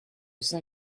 cinq